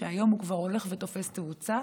שהיום כבר הולך ותופס תאוצה,